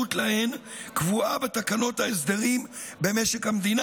להן קבועה בתקנות הסדרים במשק המדינה.